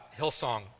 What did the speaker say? Hillsong